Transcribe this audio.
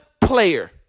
player